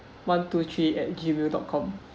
one two three at gmail dot com